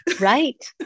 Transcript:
Right